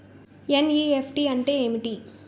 NEFT అంటే ఏమిటి?